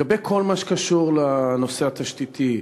בכל מה שקשור לנושא התשתיתי,